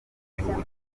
n’igihugu